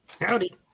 Howdy